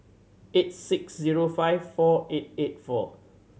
eight six zero five four eight eight four